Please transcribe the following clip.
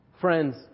Friends